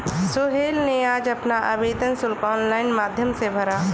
सोहेल ने आज अपना आवेदन शुल्क ऑनलाइन माध्यम से भरा